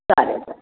चालेल चालेल